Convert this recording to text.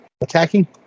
attacking